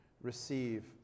receive